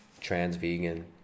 trans-vegan